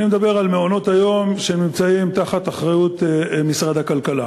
אני מדבר על מעונות-היום שנמצאים תחת אחריות משרד הכלכלה.